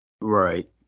Right